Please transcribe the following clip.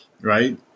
Right